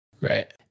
Right